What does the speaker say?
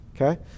Okay